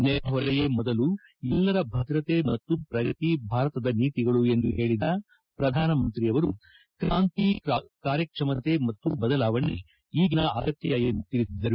ನೆರೆ ಹೊರೆಯೇ ಮೊದಲು ಎಲ್ಲರ ಭದ್ರತೆ ಮತ್ತು ಪ್ರಗತಿ ಭಾರತದ ನೀತಿಗಳು ಎಂದು ಹೇಳಿದ ಪ್ರಧಾನಮಂತ್ರಿ ಕ್ರಾಂತಿ ಕಾರ್ಯಕ್ವಮತೆ ಮತ್ತು ಬದಲಾವಣೆ ಈಗಿನ ಅಗತ್ಯ ಎಂದು ತಿಳಿಸಿದರು